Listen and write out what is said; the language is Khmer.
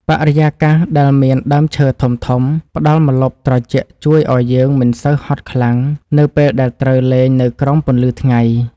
បរិយាកាសដែលមានដើមឈើធំៗផ្ដល់ម្លប់ត្រជាក់ជួយឱ្យយើងមិនសូវហត់ខ្លាំងនៅពេលដែលត្រូវលេងនៅក្រោមពន្លឺថ្ងៃ។